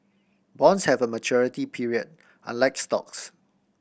bonds have a maturity period unlike stocks